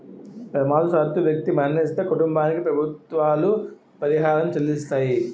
ప్రమాదవశాత్తు వ్యక్తి మరణిస్తే కుటుంబానికి ప్రభుత్వాలు పరిహారం చెల్లిస్తాయి